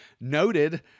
noted